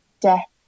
death